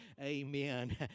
Amen